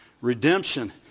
Redemption